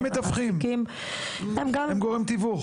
הם מתווכים, גורם תיווך